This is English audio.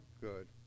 Good